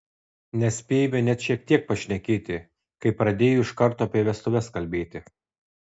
nespėjome net šiek tiek pašnekėti kai pradėjo iš karto apie vestuves kalbėti